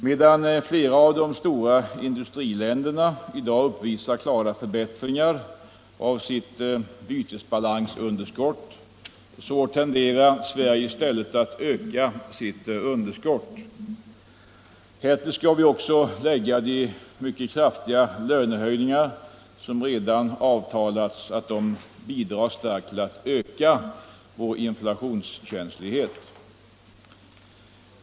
Medan flera av de stora industriländerna i dag uppvisar klara förbättringar av sitt bytesbalansunderskott tenderar Sverige i stället att öka sitt underskott. Därtill kan också läggas att de mycket kraftiga lönehöjningar som redan har avtalats starkt bidrar till att öka vår inflationskänslighet.